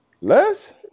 Less